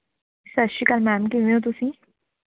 ਸਤਿ ਸ਼੍ਰੀ ਅਕਾਲ ਮੈਮ ਕਿਵੇਂ ਓਂ ਤੁਸੀਂ